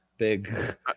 big